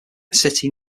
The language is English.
city